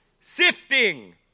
Sifting